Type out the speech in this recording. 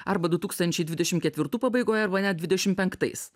arba du tūkstančiai dvidešimt ketvirtų pabaigoje arba net dvidešim penktais